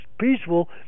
peaceful